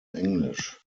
englisch